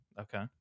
okay